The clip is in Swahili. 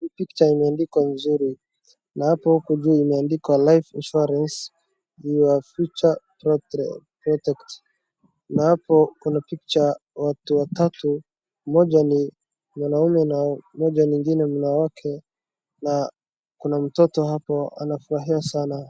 Hii picture imeandikwa mzuri, na hapo huko juu imeandikwa life insurance, your future protect . Na hapo kuna picture watu watatu. Mmoja ni mwanaume na mmoja mwingine mme wake, na kuna mtoto hapo anafurahia sana.